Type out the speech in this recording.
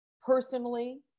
Personally